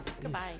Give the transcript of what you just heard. Goodbye